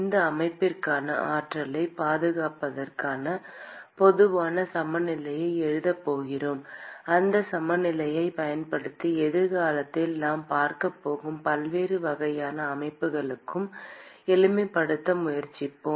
இந்த அமைப்பிற்கான ஆற்றலைப் பாதுகாப்பதற்கான பொதுவான சமநிலையை எழுதப் போகிறோம் அந்த சமநிலையைப் பயன்படுத்தி எதிர்காலத்தில் நாம் பார்க்கப் போகும் பல்வேறு வகையான அமைப்புகளுக்கு எளிமைப்படுத்த முயற்சிப்போம்